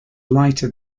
lighter